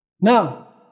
Now